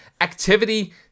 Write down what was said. activity